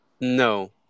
No